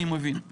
אני מבין,